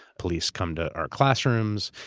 police come to our classrooms,